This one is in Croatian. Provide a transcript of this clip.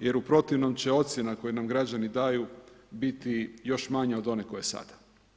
jer u protivnom će ocjena koju nam građani daju biti još manja od one koja je sada.